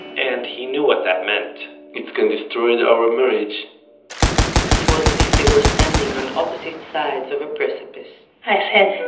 and he knew what that meant it can destroy our marriage it was as if they were standing on opposite sides of a precipice i said,